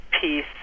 peace